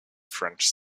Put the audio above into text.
french